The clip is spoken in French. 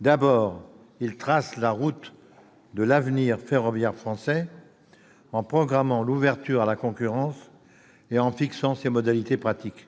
lieu, il trace la route de l'avenir ferroviaire français en programmant l'ouverture à la concurrence et en en fixant les modalités pratiques.